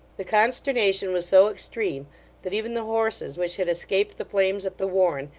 the consternation was so extreme that even the horses which had escaped the flames at the warren,